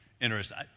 interesting